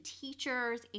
teachers